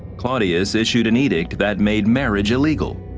claudia's issued an edict that made marriage illegal.